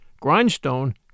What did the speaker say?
Grindstone